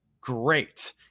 great